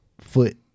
foot